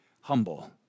humble